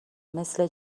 مثل